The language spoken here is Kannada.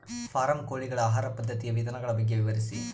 ಫಾರಂ ಕೋಳಿಗಳ ಆಹಾರ ಪದ್ಧತಿಯ ವಿಧಾನಗಳ ಬಗ್ಗೆ ವಿವರಿಸಿ?